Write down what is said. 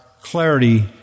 clarity